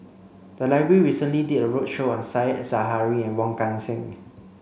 the library recently did a roadshow on Said Zahari and Wong Kan Seng